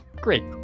great